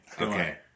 Okay